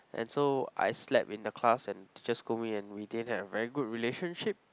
and so I slept in the class and teacher scold me and we didn't have a very good relationship